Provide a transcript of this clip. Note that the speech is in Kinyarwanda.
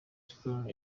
ariko